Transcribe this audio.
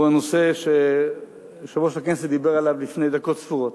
והוא הנושא שיושב-ראש הכנסת דיבר עליו לפני דקות ספורות.